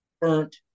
burnt